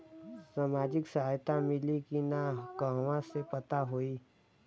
सामाजिक सहायता मिली कि ना कहवा से पता होयी?